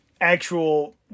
actual